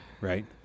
right